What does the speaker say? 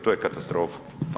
To je katastrofa.